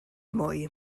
mwy